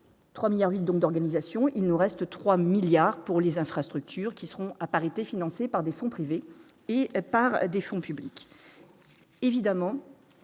3 milliards 8, donc, d'organisation, il nous reste 3 milliards pour les infrastructures qui seront à parité, financé par des fonds privés et par des fonds publics,